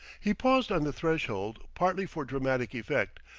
he paused on the threshold, partly for dramatic effect,